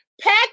Pack